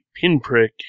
pinprick